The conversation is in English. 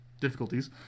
Difficulties